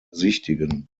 besichtigen